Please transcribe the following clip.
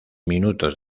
minutos